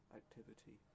activity